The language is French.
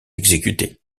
exécutés